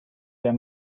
der